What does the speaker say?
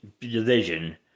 division